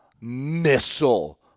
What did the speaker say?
missile